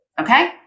Okay